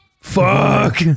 Fuck